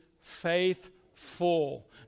faithful